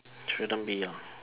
shouldn't be lah